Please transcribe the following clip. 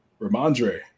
Ramondre